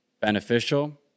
beneficial